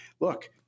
look